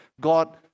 God